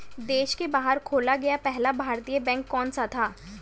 देश के बाहर खोला गया पहला भारतीय बैंक कौन सा था?